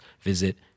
visit